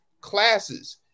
classes